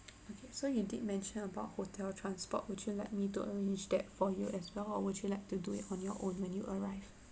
okay so you did mention about hotel transport would you like me to arrange that for you as well or would you like to do it on your own when you arrive